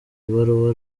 ibaruwa